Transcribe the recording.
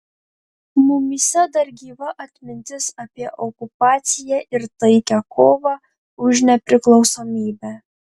mumyse dar gyva atmintis apie okupaciją ir taikią kovą už nepriklausomybę